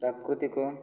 ପ୍ରାକୃତିକ